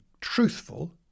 truthful